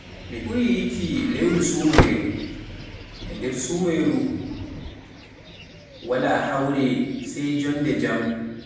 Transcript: Nnduye ke lewtu du ɓurɗaa yikki e ko waɗi nanata belɗum maajum?